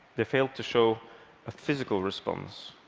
they failed to show a physical response.